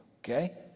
Okay